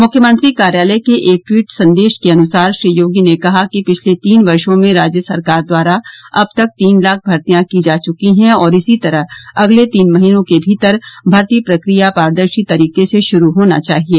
मुख्यमंत्री कार्यालय के एक ट्वीट संदेश के अनुसार श्री योगी ने कहा कि पिछले तीन वर्षों में राज्य सरकार द्वारा अब तक तीन लाख भर्तिया की जा चुकी है और इसी तरह अगले तीन महीनों के भीतर भर्ती प्रक्रिया पारदर्शी तरीके से शुरू होना चाहिये